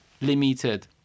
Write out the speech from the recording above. limited